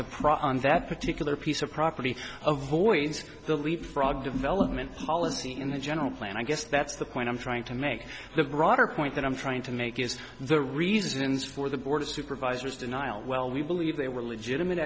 proper on that particular piece of property avoids the leapfrog development policy in the general plan i guess that's the point i'm trying to make the broader point that i'm trying to make is the reasons for the board of supervisors denial well we believe they were legitimate